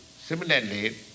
Similarly